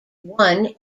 one